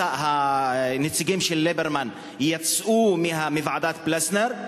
הנציגים של ליברמן יצאו מוועדת-פלסנר.